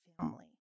family